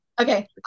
okay